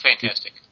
fantastic